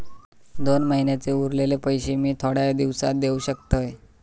दोन महिन्यांचे उरलेले पैशे मी थोड्या दिवसा देव शकतय?